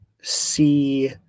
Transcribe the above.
see